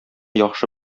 яхшы